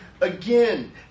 again